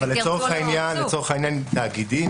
אבל לצורך העניין תאגידים,